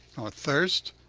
thirst,